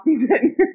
season